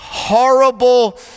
horrible